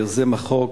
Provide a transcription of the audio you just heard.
יוזם החוק,